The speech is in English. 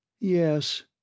Yes